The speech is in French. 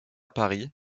paris